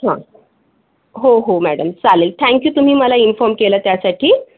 हां हो हो मॅडम चालेल थँक्यू तुम्ही मला इन्फॉम केलं त्यासाठी